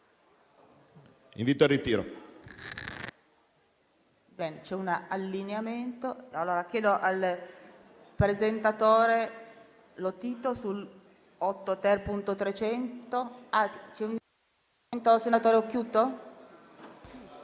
invito al ritiro.